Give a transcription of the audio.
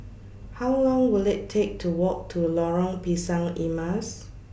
How Long Will IT Take to Walk to Lorong Pisang Emas